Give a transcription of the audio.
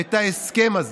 את ההסכם הזה,